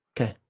Okay